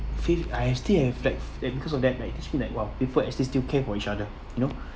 faith I still have like like because of that like I still feel like !wow! people actually still care for each other you know